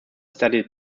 studied